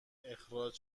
اخراج